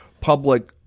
public